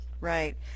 right